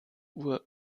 uhr